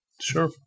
Sure